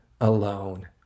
alone